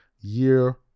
year